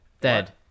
Dead